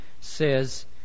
says